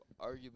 arguably